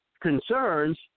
concerns